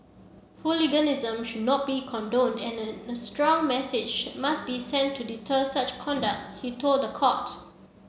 hooliganism should not be condoned and a a strong message must be sent to deter such conduct he told the court